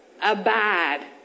abide